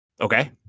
Okay